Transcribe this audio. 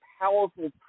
powerful